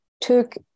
took